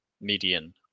median